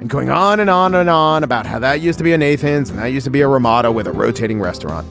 and going on and on and on about how that used to be in safe hands. and i used to be a ramada with a rotating restaurant.